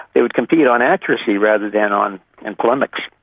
they would compete on accuracy rather than on and polemics.